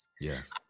Yes